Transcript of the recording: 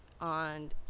on